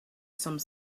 some